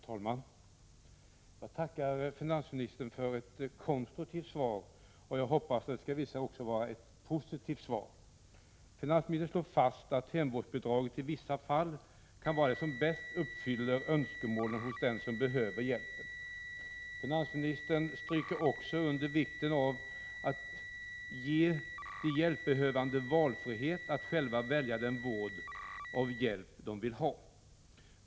Herr talman! Jag tackar finansministern för ett konstruktivt svar, och jag hoppas att det skall visa sig också vara ett positivt svar. Finansministern slår fast att hemvårdsbidraget i vissa fall kan vara det som bäst uppfyller önskemålen hos den som behöver hjälpen. Finansministern understryker också vikten av att ge de hjälpbehövande valfrihet att själva välja den form av vård och hjälp de vill ha.